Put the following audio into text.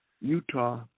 Utah